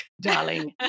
darling